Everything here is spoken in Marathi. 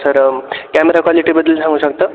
सर कॅमेरा कॉलिटीबद्दल सांगू शकता